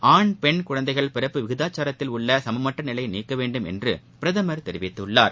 ஆண் பெண் குழந்தைகள் பிறப்பு விகிதாச்சாரத்தில் உள்ளசமமற்றநிலையைநீக்கவேண்டும் என்றுபிரதமர் தெரிவித்துள்ளார்